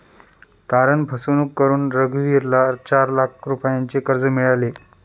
तारण फसवणूक करून रघुवीरला चार लाख रुपयांचे कर्ज मिळाले